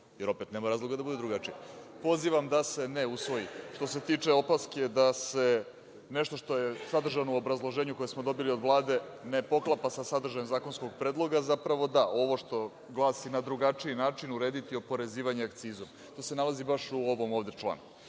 jer opet nema razloga da bude drugačije. Pozivam da se ne usvoji. Što se tiče opaske da se nešto što je sadržano u obrazloženju koje smo dobili od Vlade ne poklapa sa sadržajem zakonskog predloga, zapravo, da, ovo što glasi na drugačiji način uraditi oporezivanje akcizom. To se nalazi baš u ovom ovde članu,